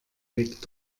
regt